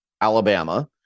Alabama